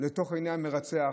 לתוך עיני המרצח,